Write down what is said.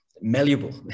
malleable